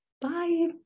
bye